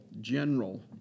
General